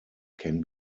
can